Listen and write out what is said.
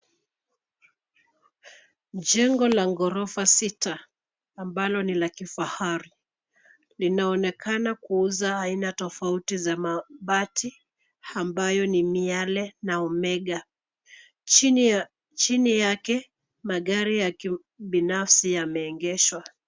Jengo la ghorofa sita ambalo ni la kifahari. Linaonekana kuuza aina tofauti za mabati, ambayo ni Miale na Omega . Chini ya, chini yake, magari ya kibinafsi yameegeshwa.